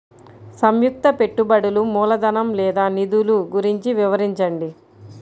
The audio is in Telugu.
సంయుక్త పెట్టుబడులు మూలధనం లేదా నిధులు గురించి వివరించండి?